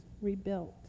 rebuilt